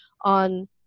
on